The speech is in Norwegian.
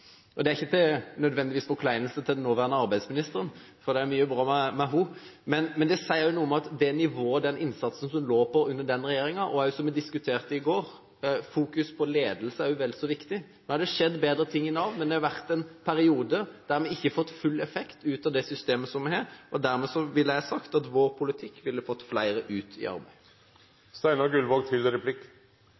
arbeidsminister. Det er ikke nødvendigvis til forkleinelse for den nåværende arbeidsministeren, for det er mye bra med henne, men det sier noe om nivået den innsatsen lå på under den regjeringen. Og som vi diskuterte i går: Fokus på ledelse er vel så viktig. Nå har det skjedd bedre ting i Nav, men det har vært en periode der vi ikke har fått full effekt ut av det systemet vi har, og dermed vil jeg ha sagt at vår politikk ville fått flere ut i